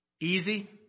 Easy